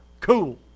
Cool